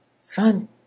Son